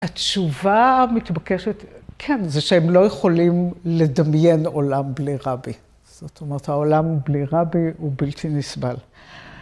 התשובה המתבקשת, כן, זה שהם לא יכולים לדמיין עולם בלי רבי. זאת אומרת, העולם בלי רבי הוא בלתי נסבל.